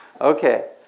Okay